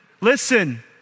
listen